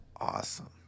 awesome